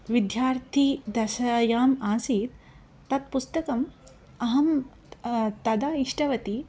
विद्यार्थिदशायाम् आसीत् तत् पुस्तकम् अहं तदा इष्टवती